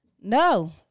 No